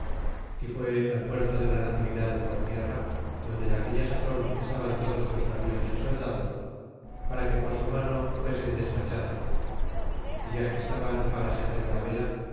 y fue al puerto de la natividad por tierra donde en aquella sazon estaban todos sus navíos y so dados para que por su mano fuesen despachados é ya que estaban para se hacer la vela